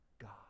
God